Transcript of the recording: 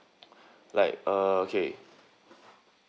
like uh okay